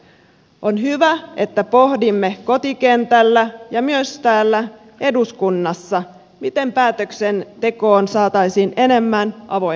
on hyvä että pohdimme kotikentällä ja myös täällä eduskunnassa miten päätöksentekoon saataisiin enemmän avoimuutta